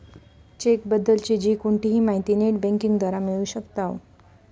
check बद्दल ची कोणतीही माहिती नेट बँकिंग द्वारा मिळू शकताव